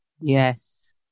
Yes